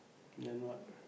then what